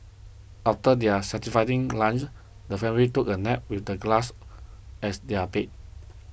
after their satisfying lunch the family took a nap with the grass as their bed